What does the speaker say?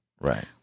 Right